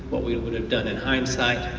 what we would have done in hindsight.